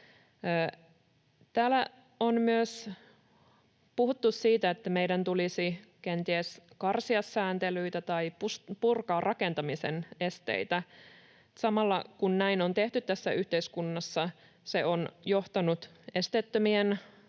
Täällä on myös puhuttu siitä, että meidän tulisi kenties karsia sääntelyitä tai purkaa rakentamisen esteitä. Samalla kun näin on tehty tässä yhteiskunnassa, se on johtanut